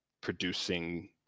producing